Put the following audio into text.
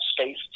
space